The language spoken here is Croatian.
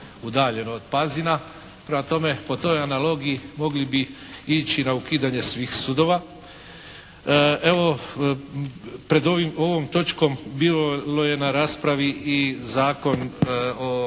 udaljeno od Pazina. Prema tome, po toj analogiji mogli bi ići na ukidanje svih sudova. Evo, pred ovom točkom bilo je na raspravi i Zakon o